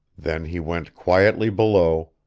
then he went quietly below,